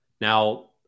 Now